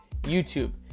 YouTube